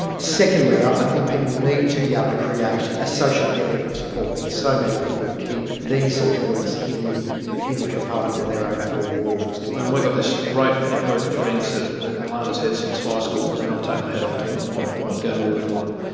secondly i think people need to be able to create a social network of support because so many people keep these sorts of illnesses hidden in the confines of their own four walls. and we've got this great network of friends that lana's had since high school and i'll take my hat off to um them, ah i'd go to war for them.